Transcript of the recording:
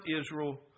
Israel